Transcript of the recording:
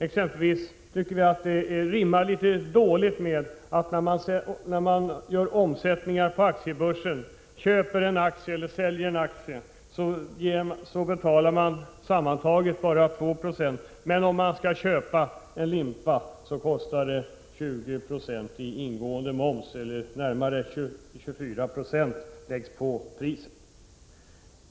Exempelvis tycker vi att det rimmar litet illa att den som gör omsättningar på aktiebörsen, alltså köper eller säljer aktier, sammantaget betalar bara 2 20 i skatt, medan den som köper en limpa får betala 20 96 i moms — priset ökar alltså med närmare 24 96.